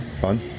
Fun